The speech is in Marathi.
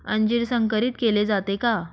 अंजीर संकरित केले जाते का?